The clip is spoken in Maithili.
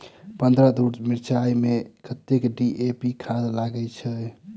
पन्द्रह धूर मिर्चाई मे कत्ते डी.ए.पी खाद लगय छै?